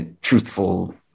truthful